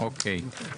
אוקיי.